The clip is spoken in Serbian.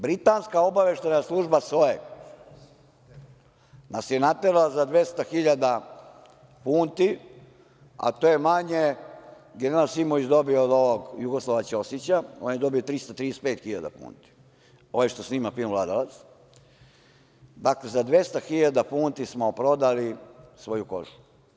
Britanska obaveštajna služba SOE nas je naterala za 200.000 funti, a to je manje, general Simović je dobio od ovog Jugoslava Ćosića, on je dobio 335.000 funti, ovaj što snima film „Vladalac“, dakle, za 200.000 funti smo prodali svoju kožu.